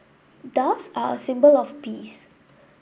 doves are a symbol of peace